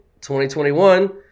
2021